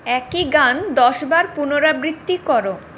একই গান দশবার পুনরাবৃত্তি করো